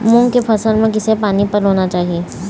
मूंग के फसल म किसे पानी पलोना चाही?